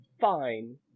fine